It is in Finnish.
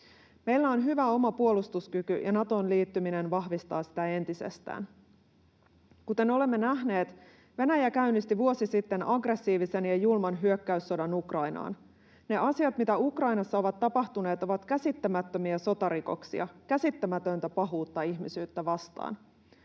Meillä on hyvä oma puolustuskyky, ja Natoon liittyminen vahvistaa sitä entisestään. Kuten olemme nähneet, Venäjä käynnisti vuosi sitten aggressiivisen ja julman hyökkäyssodan Ukrainaan. Ne asiat, mitkä Ukrainassa ovat tapahtuneet, ovat käsittämättömiä sotarikoksia, käsittämätöntä pahuutta ihmisyyttä vastaan.